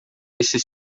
esse